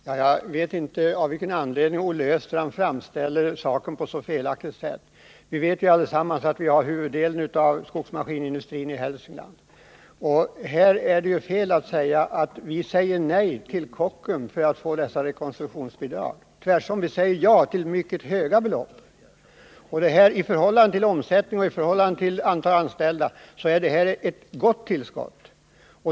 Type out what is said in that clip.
Herr talman! Jag vet inte av vilken anledning Olle Östrand framställer saken på ett så felaktigt sätt. Vi vet ju allesammans att huvuddelen av skogsmaskinindustrin finns i Hälsingland, och det är fel att hävda att vi säger nej till Kockums för att få dessa rekonstruktionsbidrag. Tvärtom — vi säger ja till mycket höga belopp, och i förhållande till omsättning och antal anställda är det här ett gott tillskott.